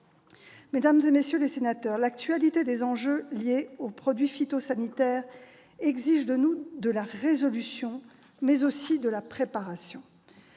Mesdames, messieurs les sénateurs, l'actualité des enjeux liés aux produits phytosanitaires exige de nous de la résolution, mais aussi de la préparation.